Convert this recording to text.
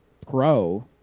pro